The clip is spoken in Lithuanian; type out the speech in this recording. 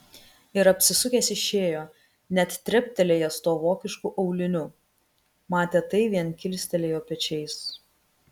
ir apsisukęs išėjo net treptelėjęs tuo vokišku auliniu matę tai vien kilstelėjo pečiais